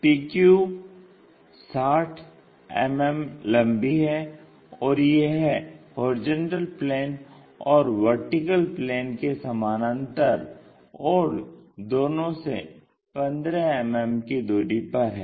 PQ 60 मिमी लम्बी है और यह HP और VP के समानांतर और दोनों से 15 मिमी की दूरी पर है